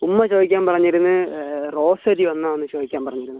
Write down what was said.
ഉമ്മ ചോദിക്കാൻ പറഞ്ഞിരുന്നു റോസരി വന്നോന്ന് ചോദിക്കാൻ പറഞ്ഞിരുന്നു